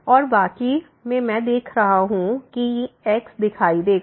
और बाकी में मैं देख रहा हूँ कि x दिखाई देगा